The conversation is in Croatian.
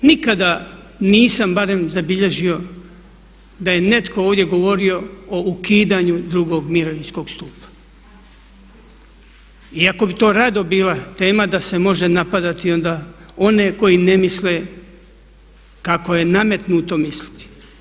Nikada nisam barem zabilježio da je netko ovdje govorio u ukidanju drugog mirovinskog stupa iako bi to rado bila tema da se može napadati onda one koji ne misle kako je nametnuto misliti.